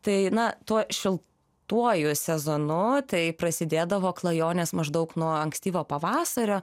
tai na tuo šiltuoju sezonu tai prasidėdavo klajonės maždaug nuo ankstyvo pavasario